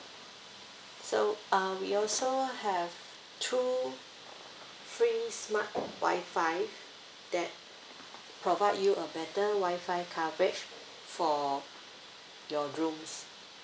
so um we also have two free smart wi-fi that provide you a better wi-fi coverage for your rooms